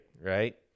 right